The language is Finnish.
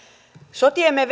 sotiemme